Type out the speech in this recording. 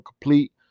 complete